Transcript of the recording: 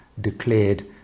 declared